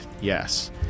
yes